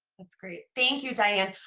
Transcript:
that's great, thank you diane.